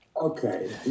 Okay